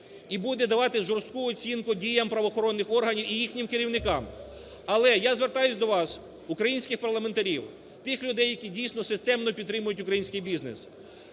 і буде давати жорстку оцінку діям правоохоронних органів і їхнім керівникам. Але я звертаюсь до вас, українських парламентарів, тих людей, які дійсно системно підтримують український бізнес.